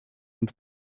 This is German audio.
und